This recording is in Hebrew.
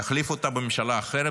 להחליף אותה בממשלה אחרת,